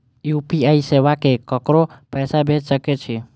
UPI सेवा से ककरो पैसा भेज सके छी?